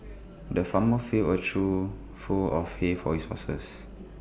the farmer filled A trough full of hay for his horses